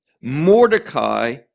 Mordecai